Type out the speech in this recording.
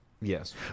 Yes